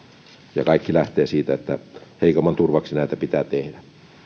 ja kaikki lähtee siitä että heikomman turvaksi näitä pitää tehdä